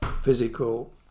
physical